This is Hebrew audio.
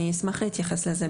אני אשמח להתייחס לזה.